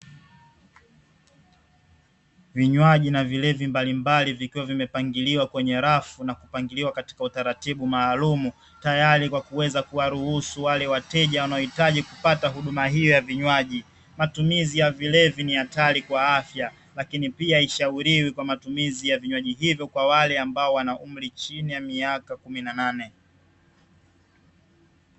Vinywaji na vilevi mbalimbali vikiwa vimepangiliwa kwenye rafu na kupangiliwa katika utaratibu maalumu tayari kwa kuweza kuwaruhusu wale wateja wanao hitaji kupata huduma hiyo ya vinywaji. Matumizi ya vilevi ni hatari kwa afya laki pia haishauriwi kwa matumizi ya vinywaji hivyo kwa wale ambao wana umri chini ya miaka kumi na nane.